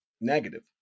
negative